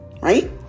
right